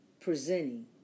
presenting